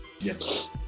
Yes